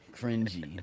cringy